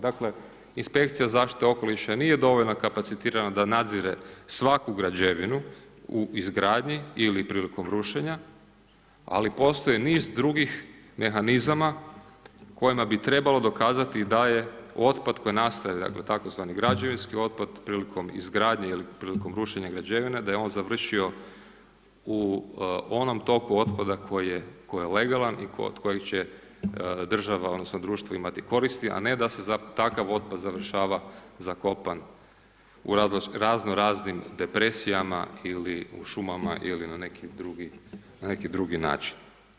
Dakle, inspekcija zaštite okoliša nije dovoljna kapacitirana da nadzire svaku građevinu u izgradnji ili prilikom rušenja, ali postoje niz drugih mehanizama kojima bi trebalo dokazati da je otpad koji nastaje dakle, tzv. građevinski otpad prilikom izgradnje ili prilikom rušenja građevine, da je on završio u onom toku otpada koji je legalan i od kojeg će država odnosno društvo imati koristi, a ne da se za takav otpad završava zakopan u razno raznim depresijama ili u šumama ili na nekim drugim ili na neki drugi način.